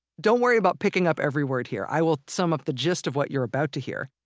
don't worry about picking up every word here, i will sum up the gist of what you're about to hear.